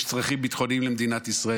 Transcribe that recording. יש צרכים ביטחוניים למדינת ישראל,